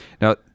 Now